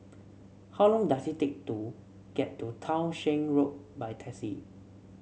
how long does it take to get to Townshend Road by taxi